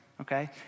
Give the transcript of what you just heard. okay